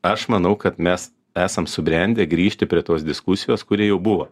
aš manau kad mes esam subrendę grįžti prie tos diskusijos kuri jau buvo